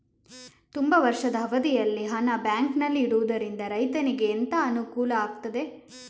ತುಂಬಾ ವರ್ಷದ ಅವಧಿಯಲ್ಲಿ ಹಣ ಬ್ಯಾಂಕಿನಲ್ಲಿ ಇಡುವುದರಿಂದ ರೈತನಿಗೆ ಎಂತ ಅನುಕೂಲ ಆಗ್ತದೆ?